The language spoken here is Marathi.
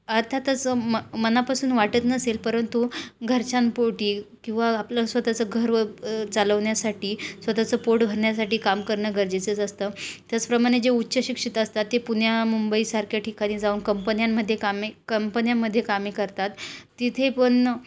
अर्थातच म मनापासून वाटत नसेल परंतु घरच्यांपोटी किंवा आपलं स्वतःचं घर चालवण्यासाठी स्वतःचं पोट भरण्यासाठी काम करणं गरजेचंच असतं त्याचप्रमाणे जे उच्चशिक्षित असतात ते पुण्या मुंबईसारख्या ठिकाणी जाऊन कंपन्यांमध्ये कामे कंपन्यांमध्ये कामे करतात तिथे पण